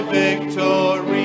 victory